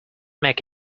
make